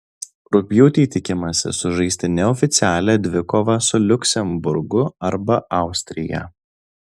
rugpjūtį tikimasi sužaisti neoficialią dvikovą su liuksemburgu arba austrija